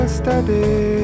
steady